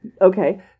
Okay